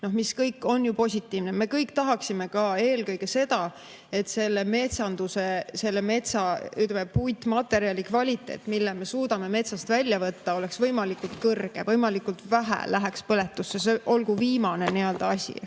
See kõik on ju positiivne. Me kõik tahaksime ka eelkõige seda, et selle puitmaterjali kvaliteet, mille me suudame metsast välja võtta, oleks võimalikult kõrge, võimalikult vähe läheks põletusse. See olgu viimane asi,